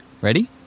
ready